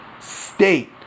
state